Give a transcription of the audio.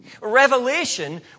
Revelation